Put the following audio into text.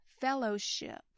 fellowship